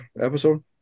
episode